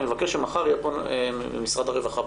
אני מבקש שמחר יהיה פה נציג של משרד הרווחה.